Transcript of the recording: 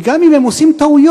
וגם אם הם עושים טעויות,